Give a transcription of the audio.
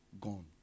gone